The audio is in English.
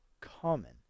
common